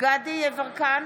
דסטה גדי יברקן,